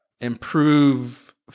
improve